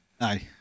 Aye